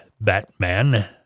Batman